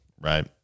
right